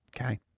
Okay